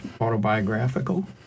autobiographical